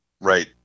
Right